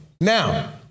Now